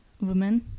women